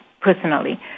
personally